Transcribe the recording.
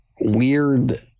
weird